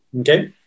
Okay